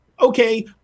okay